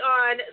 on